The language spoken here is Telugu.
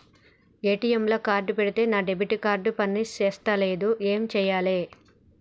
ఏ.టి.ఎమ్ లా కార్డ్ పెడితే నా డెబిట్ కార్డ్ పని చేస్తలేదు ఏం చేయాలే?